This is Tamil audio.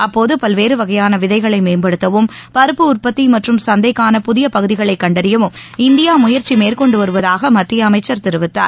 அப்போது பல்வேறுவகையானவிதைகளைமேம்படுத்தவும் பருப்பு உற்பத்திமற்றும் சந்தைக்காள புதியபகுதிகளைகண்டறியவும் இந்தியாமுயற்சிமேற்கொண்டுவருவதாகமத்தியஅமைச்சர் தெரிவித்தார்